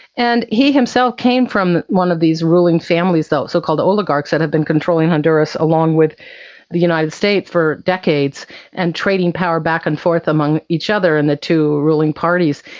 and he himself came from one of these ruling families, so-called oligarchs that have been controlling honduras along with the united states for decades and trading power back and forth among each other and the two ruling parties.